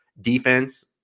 defense